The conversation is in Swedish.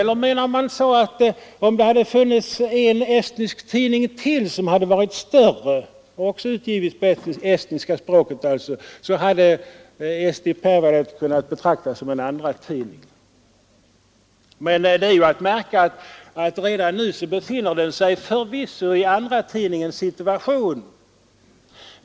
Eller menar man att om det hade funnits en estnisk tidning som hade varit större och också utgivits på estniska språket så hade Eesti Päavaleht kunnat betraktas som en andratidning? Det är emellertid att märka att redan nu befinner sig Eesti Päavaleht i andratidningens situation.